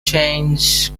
changes